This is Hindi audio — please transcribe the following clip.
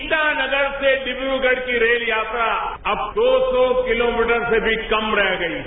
ईटानगर से डिक्रगढ़ की रेल यात्रा अब दो सौ किलोमीटर से भी कम रह गई है